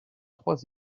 trois